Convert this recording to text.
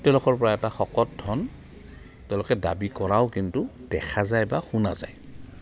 তেওঁলোকৰপৰা এটা শকত ধন তেওঁলোকে দাবী কৰাও কিন্তু দেখা যায় বা শুনা যায়